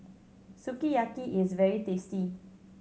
sukiyaki is very tasty